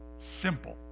Simple